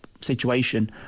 situation